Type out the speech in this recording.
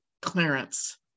clearance